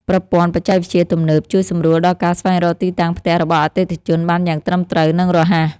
ប្រព័ន្ធបច្ចេកវិទ្យាទំនើបជួយសម្រួលដល់ការស្វែងរកទីតាំងផ្ទះរបស់អតិថិជនបានយ៉ាងត្រឹមត្រូវនិងរហ័ស។